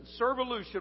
Servolution